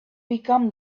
become